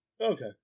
Okay